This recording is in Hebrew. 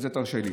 את זה תרשה לי,